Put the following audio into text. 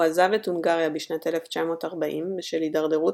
הוא עזב את הונגריה בשנת 1940 בשל התדרדרות